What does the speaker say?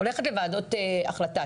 הולכת לוועדות החלטה,